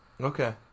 Okay